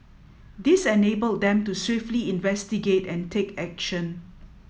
this enabled them to swiftly investigate and take action